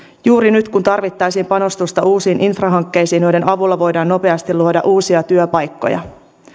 juuri nyt kun tarvittaisiin panostusta uusiin infrahankkeisiin joiden avulla voidaan nopeasti luoda uusia työpaikkoja